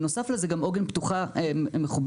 בנוסף לזה עוגן גם מחוברת